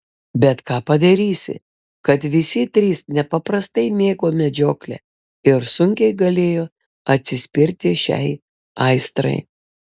bet ką padarysi kad visi trys nepaprastai mėgo medžioklę ir sunkiai galėjo atsispirti šiai aistrai